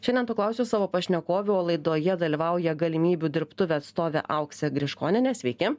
šiandien to klausiu savo pašnekovių o laidoje dalyvauja galimybių dirbtuvių atstovė auksė griškonienė sveiki